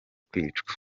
kwicwa